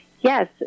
Yes